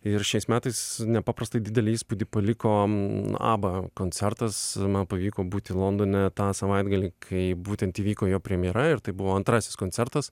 ir šiais metais nepaprastai didelį įspūdį paliko abba koncertas man pavyko būti londone tą savaitgalį kai būtent įvyko jo premjera ir tai buvo antrasis koncertas